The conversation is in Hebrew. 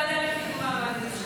לוועדה שתקבע ועדת הכנסת נתקבלה.